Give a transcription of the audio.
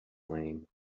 flame